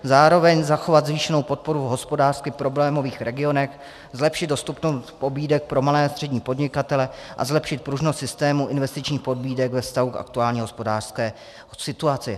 Zároveň zachovat zvýšenou podporu v hospodářsky problémových regionech, zlepšit dostupnost pobídek pro malé a střední podnikatele a zlepšit pružnost systému investičních pobídek ve vztahu k aktuální hospodářské situaci.